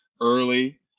early